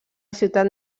ciutat